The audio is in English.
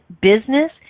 business